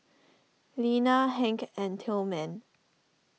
Lena Hank and Tilman